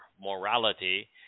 morality